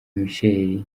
michael